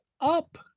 up